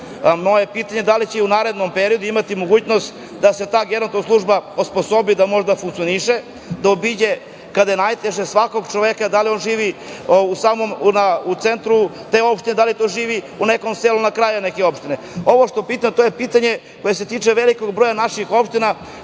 pitanje, da li će i u narednom periodu imati mogućnost da se ta geronto služba osposobi da može da funkcioniše, da obiđe kada je najteže svakog čoveka, da li on živi u centru te opštine ili u nekom selu na kraju te opštine? Ovo pitanje se tiče velikog broja naših opština